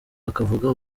akavuga